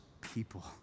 people